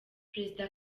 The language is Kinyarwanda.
perezida